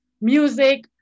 music